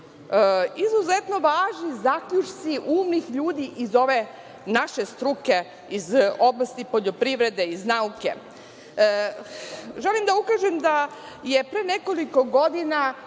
izuzetno važni zaključci umnih ljudi iz ove naše struke, iz oblasti poljoprivrede, iz nauke. Želim da ukažem da je pre nekoliko godina